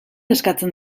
eskatzen